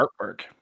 artwork